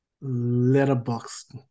letterbox